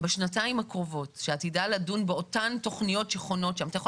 בשנתיים הקרובות שעתידה לדון באותן תכניות שחונות שם אתה יכול